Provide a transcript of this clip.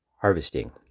harvesting